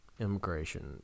immigration